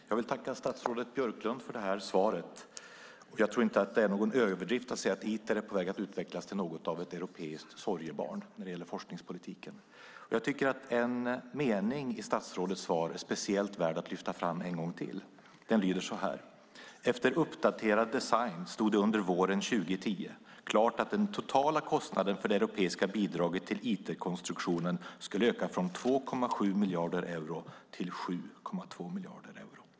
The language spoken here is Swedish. Herr talman! Jag vill tacka statsrådet Björklund för svaret. Jag tror inte att det är någon överdrift att säga att Iter är på väg att utvecklas till något av ett europeiskt sorgebarn när det gäller forskningspolitiken. Jag tycker att en mening i statsrådets svar är speciellt värd att lyfta fram en gång till. Den lyder: "Efter uppdaterad design stod det under våren 2010 klart att den totala kostnaden för det europeiska bidraget till Iterkonstruktionen skulle öka från 2,7 miljarder euro till 7,2 miljarder euro."